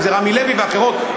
אם "רמי לוי" ואחרות.